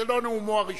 זה לא נאומו הראשון,